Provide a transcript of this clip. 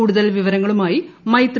കൂടുതൽ വിവരങ്ങളുമായി മൈത്രി